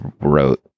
wrote